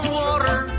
water